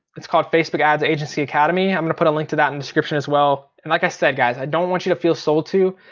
it's called facebook ads agency academy. i'm gonna put a link to that in the description as well. and like i said guys, i don't want you to feel sold to.